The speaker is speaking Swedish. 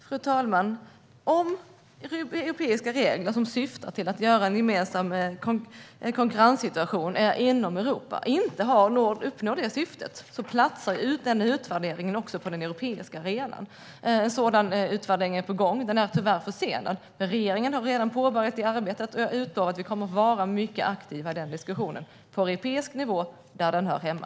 Svar på interpellationer Fru talman! Om europeiska regler som syftar till att åstadkomma en gemensam konkurrenssituation inom Europa inte uppnår detta syfte platsar utvärderingen också på den europeiska arenan. En sådan utvärdering är på gång. Den är tyvärr försenad, men regeringen har redan påbörjat arbetet. Jag utlovar att vi kommer att vara mycket aktiva i diskussionen på europeisk nivå, där den hör hemma.